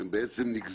אין ביטוח במקרים האלה.